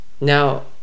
Now